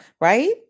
right